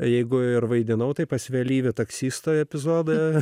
jeigu ir vaidinau tai pas vėlyvio taksistą epizodą